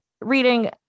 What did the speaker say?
reading